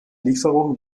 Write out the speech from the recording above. lieferung